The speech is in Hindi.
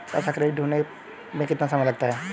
पैसा क्रेडिट होने में कितना समय लगता है?